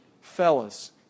Fellas